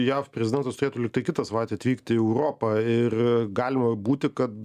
jav prezidentas turėtų lyg tai kitą savaitę atvykti į europą ir galima būti kad